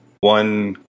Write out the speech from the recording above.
One